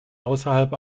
außerhalb